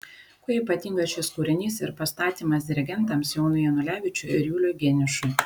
kuo ypatingas šis kūrinys ir pastatymas dirigentams jonui janulevičiui ir juliui geniušui